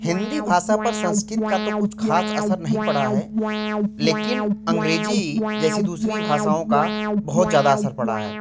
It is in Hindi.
हिन्दी भाषा पर संस्कृत का तो कुछ खास असर नहीं पड़ा है लेकिन अंग्रेजी जैसी दूसरी भाषाओं का बहुत ज़्यादा असर पड़ा है